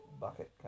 bucket